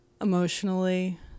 emotionally